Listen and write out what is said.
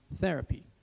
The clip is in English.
therapy